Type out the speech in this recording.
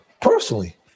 Personally